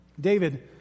David